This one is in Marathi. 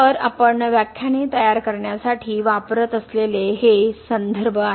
तर आपण व्याख्याने तयार करण्यासाठी वापरत असलेले हे संदर्भ आहेत